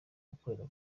ukorera